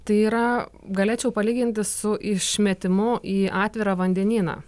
tai yra galėčiau palyginti su išmetimu į atvirą vandenyną